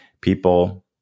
People